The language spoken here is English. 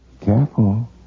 careful